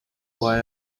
why